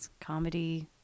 comedy